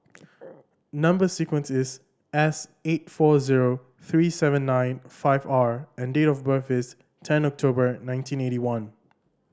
number sequence is S eight four zero three seven nine five R and date of birth is ten October nineteen eighty one